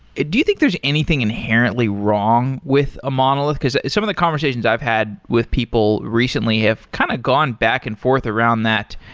do you think there's anything inherently wrong with a monolith? because some of the conversations i've had with people recently have kind of gone back-and-forth around that.